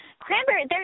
Cranberry